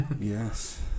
Yes